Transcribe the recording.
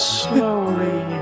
slowly